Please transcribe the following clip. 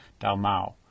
Dalmau